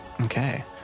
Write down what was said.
Okay